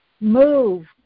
move